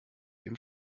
eben